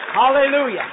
Hallelujah